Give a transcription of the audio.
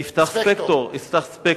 יפתח ספקטור.